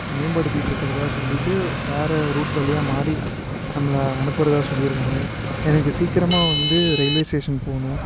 மேம்படுத்திட்டிருக்கிறதா சொல்லிவிட்டு வேறு ரூட் வழியாக மாதிரி நம்மளை அனுப்புகிறதா சொல்லியிருக்காங்க எனக்கு சீக்கிரமாக வந்து ரெயில்வே ஸ்டேஷன் போகணும்